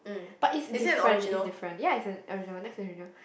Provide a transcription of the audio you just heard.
but it's different it's different ya it's an original Netflix original